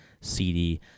CD